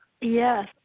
Yes